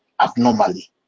abnormally